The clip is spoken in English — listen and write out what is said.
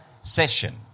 session